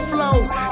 Flow